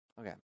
okay